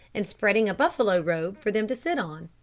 and spreading a buffalo robe for them to sit on.